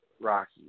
Rocky